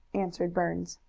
answered burns.